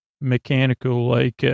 mechanical-like